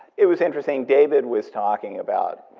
it was interesting. david was talking about,